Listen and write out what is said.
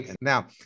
Now